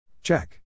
Check